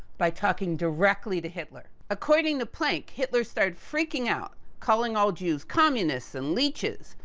by talking directly to hitler. according to planck, hitler started freaking out, calling all jews, communists and leeches.